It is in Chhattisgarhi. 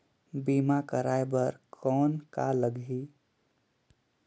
बीमा कराय बर कौन का लगही?